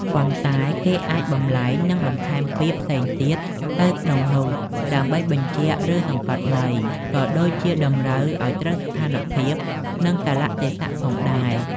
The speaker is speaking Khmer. ប៉ុន្តែគេអាចបម្លែង និងបន្ថែមពាក្យផ្សេងទៀតទៅក្នុងនោះ ដើម្បីបញ្ជាក់ ឬ សង្កត់ន័យ ក៏ដូចជាតម្រូវឱ្យត្រូវស្ថានភាព និង កាលៈទេសៈផងដែរ។